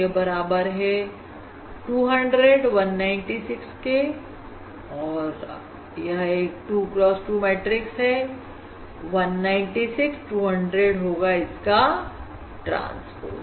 यह बराबर है 200 196 के और एक 2 cross 2 मैट्रिक्स 196 200 होगा इसका ट्रांसपोज